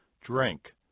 drink